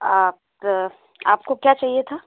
आप आपको क्या चाहिए था